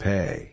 Pay